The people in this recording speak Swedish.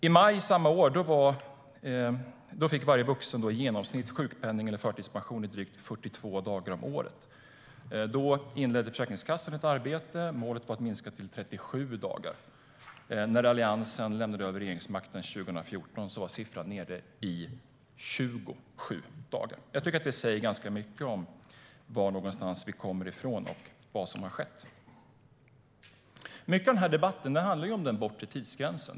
I maj samma år fick varje vuxen sjukpenning eller förtidspension i genomsnitt drygt 42 dagar om året. Försäkringskassan inledde då ett arbete med målet att minska det till 37 dagar. När Alliansen lämnade över regeringsmakten 2014 var siffran nere på 27 dagar. Jag tycker att det säger ganska mycket om varifrån vi kommer och vad som har skett. Mycket av den här debatten handlar om den bortre tidsgränsen.